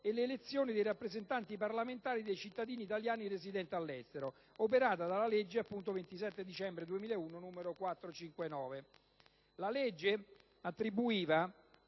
e dall'elezione dei rappresentanti parlamentari dei cittadini italiani residenti all'estero, operata dalla legge del 27 dicembre 2001, n. 459. Le legge attributiva